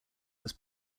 this